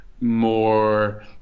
more